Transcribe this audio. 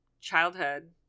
childhood